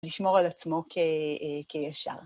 לשמור על עצמו כישר.